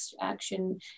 action